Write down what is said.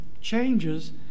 changes